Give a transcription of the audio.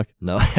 No